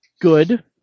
good